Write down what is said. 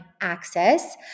access